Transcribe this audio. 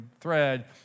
thread